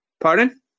Pardon